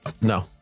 No